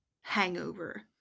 hangover